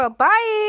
Bye